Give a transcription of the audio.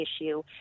issue